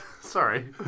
Sorry